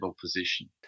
position